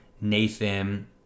Nathan